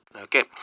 Okay